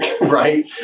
right